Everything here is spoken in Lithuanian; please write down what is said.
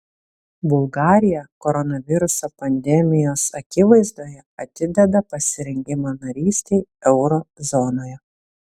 bulgarija koronaviruso pandemijos akivaizdoje atideda pasirengimą narystei euro zonoje